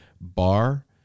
bar